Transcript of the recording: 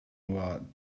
nur